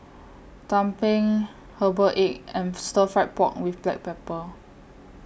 Tumpeng Herbal Egg and Stir Fry Pork with Black Pepper